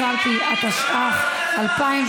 כן,